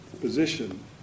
position